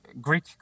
greek